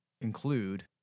include